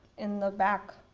in the back